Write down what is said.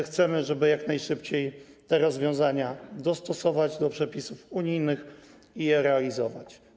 Chcemy, żeby jak najszybciej te rozwiązania dostosować do przepisów unijnych i je realizować.